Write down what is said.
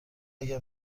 اگر